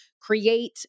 create